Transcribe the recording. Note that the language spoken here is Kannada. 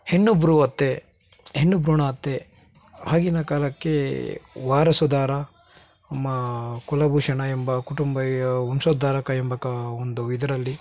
ಹೆಣ್ಣು ಬ್ರೂ ಹತ್ಯೆ ಹೆಣ್ಣು ಭ್ರೂಣ ಹತ್ಯೆ ಆಗಿನ ಕಾಲಕ್ಕೇ ವಾರಸುದಾರ ನಮ್ಮ ಕುಲಭೂಷಣ ಎಂಬ ಕುಟುಂಬ ಯ ವಂಶೋದ್ಧಾರಕ ಎಂಬ ಕ ಒಂದು ಇದರಲ್ಲಿ